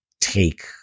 take